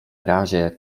razie